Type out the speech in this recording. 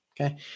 okay